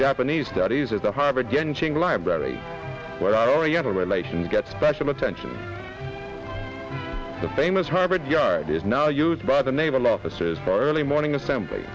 japanese studies at the harvard dinging library where oriental relations get special attention the famous harvard yard is now used by the naval officers bar early morning assembly